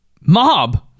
Mob